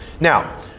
Now